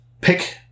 pick